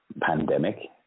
pandemic